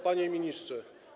Panie Ministrze!